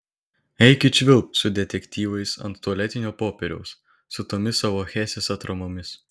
eikit švilpt su detektyvais ant tualetinio popieriaus su tomis savo hesės atramomis